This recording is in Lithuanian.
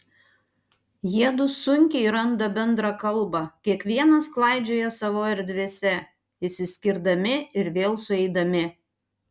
jiedu sunkiai randa bendrą kalbą kiekvienas klaidžioja savo erdvėse išsiskirdami ir vėl sueidami